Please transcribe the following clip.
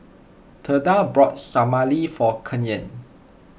theda bought Salami for Kaylen